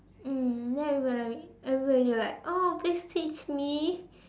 mm then everybody will be like everybody will be like oh please teach me